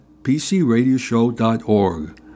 pcradioshow.org